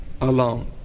alone